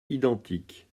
identiques